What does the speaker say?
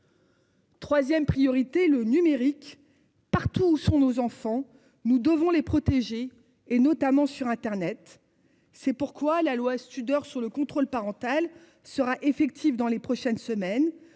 3ème priorité le numérique partout où sont nos enfants, nous devons les protéger et notamment sur Internet. C'est pourquoi la loi Studer sous le contrôle parental sera effective dans les prochaines semaines